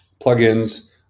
plugins